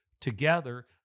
together